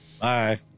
Bye